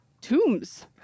tombs